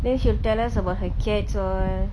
then she will tell us about her cats all